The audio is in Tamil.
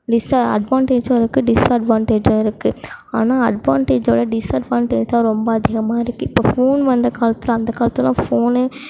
டிஸ்ஸு அட்வான்டேஜும் இருக்குது டிஸ்அட்வான்டேஜும் இருக்குது ஆனால் அட்வான்டேஜோட டிஸ்அட்வான்டேஜ் தான் ரொம்ப அதிகமாக இருக்குது இப்போது ஃபோன் வந்த காலத்தில் அந்த காலத்துலலான் ஃபோனு